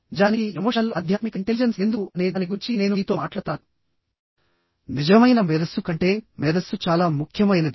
నిజానికి emotional intelligence మరియు ఆధ్యాత్మికత ఇంటెలిజెన్స్ ఎందుకు అనే దాని గురించి నేను మీతో మాట్లాడతాను నిజమైన మేధస్సు కంటే మేధస్సు చాలా ముఖ్యమైనది